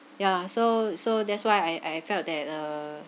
ya so so that's why I I felt that uh